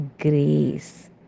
grace